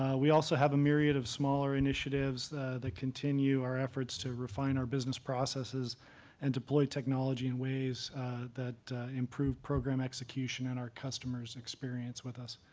we also have a myriad of smaller initiatives that continue our efforts to refine our business processes and deploy technology in ways that improve program execution and our customer's experience with us.